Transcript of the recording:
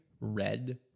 red